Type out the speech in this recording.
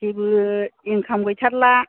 जेबो इनखाम गैथारला